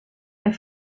est